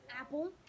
Apple